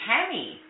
Tammy